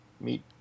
meet